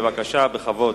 בבקשה, בכבוד.